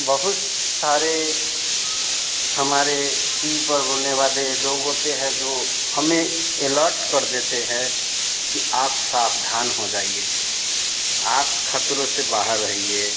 बहुत सारे हमारे टी वी पर बोलने वाले लोग होते हैं जो हमें एलर्ट कर देते हैं कि आप सावधान हो जाइए आप ख़तरों से बाहर रहिए